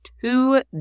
two